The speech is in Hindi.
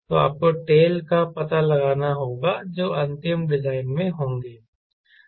तो आपको टेल का पता लगाना होगा जो अंतिम डिजाइन में होंगे